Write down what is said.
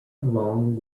along